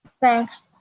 thanks